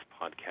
podcast